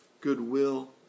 goodwill